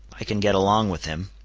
i can get along with him.